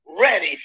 Ready